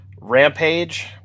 Rampage